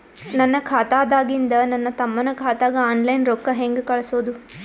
ನನ್ನ ಖಾತಾದಾಗಿಂದ ನನ್ನ ತಮ್ಮನ ಖಾತಾಗ ಆನ್ಲೈನ್ ರೊಕ್ಕ ಹೇಂಗ ಕಳಸೋದು?